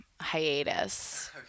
hiatus